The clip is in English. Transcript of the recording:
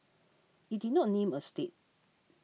it did not name a state